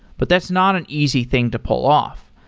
but that's not an easy thing to pull off,